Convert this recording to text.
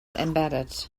embedded